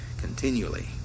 continually